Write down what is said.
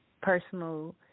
personal